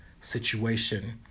situation